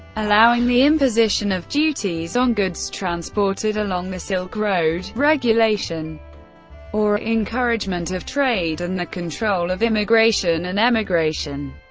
allowing the imposition of duties on goods transported along the silk road, regulation or encouragement of trade and the control of immigration and emigration.